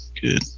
good